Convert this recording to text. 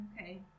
Okay